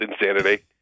insanity